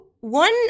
One